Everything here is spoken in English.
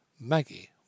Maggie